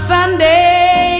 Sunday